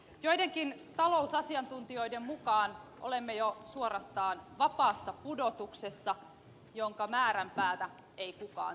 joidenkin talousasiantuntijoiden mukaan olemme jo suorastaan vapaassa pudotuksessa jonka määränpäätä ei kukaan tiedä